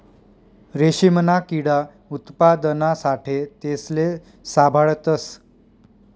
रेशीमना किडा उत्पादना साठे तेसले साभाळतस